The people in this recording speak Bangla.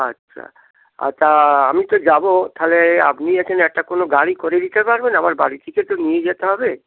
আচ্ছা আচ্ছা তা আমি তো যাবো তাহলে আপনি এখানে একটা কোনো গাড়ি করে দিতে পারবেন আবার বাড়ি থেকে তো নিয়ে যেতে হবে